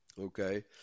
okay